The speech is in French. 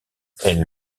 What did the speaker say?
elle